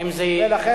ולכן,